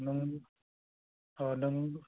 नों अह नों